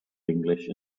english